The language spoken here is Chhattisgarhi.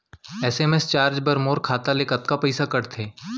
एस.एम.एस चार्ज बर मोर खाता ले कतका पइसा कटथे?